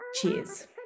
Cheers